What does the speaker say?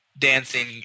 dancing